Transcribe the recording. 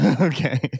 okay